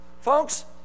Folks